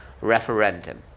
referendum